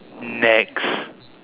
next